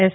S